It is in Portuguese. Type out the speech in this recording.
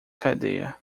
cadeia